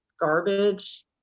garbage